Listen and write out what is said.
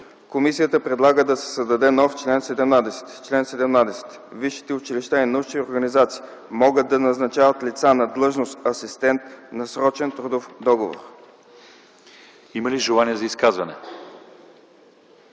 Комисията предлага да се създаде нов чл. 17: „Чл. 17. Висшите училища и научни организации могат да назначават лица на длъжност „асистент” на срочен трудов договор.” ПРЕДСЕДАТЕЛ ЛЪЧЕЗАР